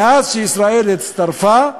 מאז שישראל הצטרפה,